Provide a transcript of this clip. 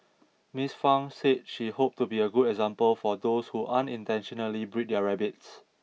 Ms Fang said she hoped to be a good example for those who unintentionally breed their rabbits